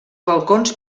balcons